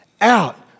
out